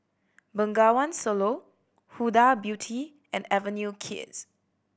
Bengawan Solo Huda Beauty and Avenue Kids